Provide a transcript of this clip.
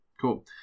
cool